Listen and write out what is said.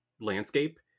Landscape